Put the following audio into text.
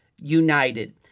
united